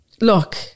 Look